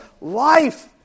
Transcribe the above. life